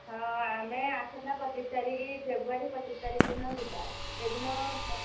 ହଁ ଆମେ ଆସନ୍ତା ପଚିଶ ତାରିଖ ଫେବୃୟାରୀ ପଚିଶ ତାରିଖ ଦିନ ଯିବା ସେଇଦିନ